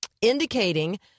indicating